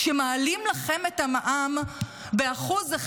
מעלים לכם את המע"מ ב-1%,